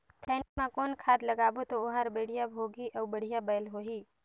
खैनी मा कौन खाद लगाबो ता ओहार बेडिया भोगही अउ बढ़िया बैल होही?